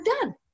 done